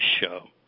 show